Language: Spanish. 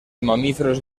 mamíferos